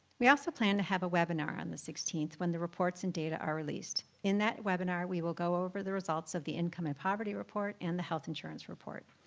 we also plan to have a webinar on the sixteenth when the reports and data are released. in that webinar we will go over the results of the income and poverty report and the health insurance report.